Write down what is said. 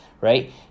right